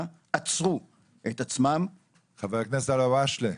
עצרו את עצמם --- חבר הכנסת אלהואשלה.